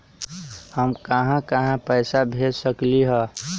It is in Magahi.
हम कहां कहां पैसा भेज सकली ह?